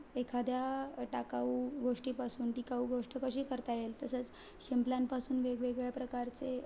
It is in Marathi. एखाद्या टाकाऊ गोष्टीपासून टिकाऊ गोष्ट कशी करता येईल तसंच शिंपल्यांपासून वेगवेगळ्या प्रकारचे